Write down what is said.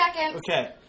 Okay